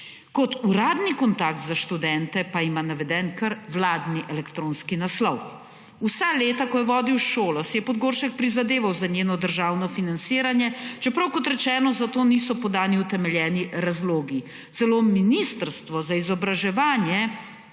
Kot uradni kontakt za študente pa ima naveden kar vladni elektronski naslov. Vsa leta, ko je vodil šolo, si je Podgoršek prizadeval za njeno državno financiranje, čeprav, kot rečeno, za to niso podani utemeljeni razlogi. Celo Ministrstvo za izobraževanje